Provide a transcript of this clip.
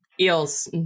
Eels